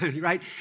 right